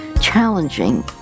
challenging